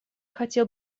хотел